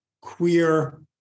queer